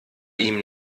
ihm